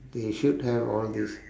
they should have all this